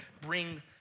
bring